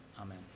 Amen